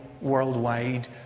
worldwide